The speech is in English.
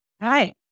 Hi